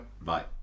Bye